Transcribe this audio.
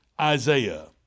Isaiah